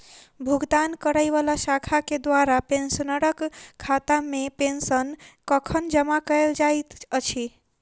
भुगतान करै वला शाखा केँ द्वारा पेंशनरक खातामे पेंशन कखन जमा कैल जाइत अछि